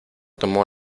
tomó